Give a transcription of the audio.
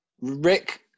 Rick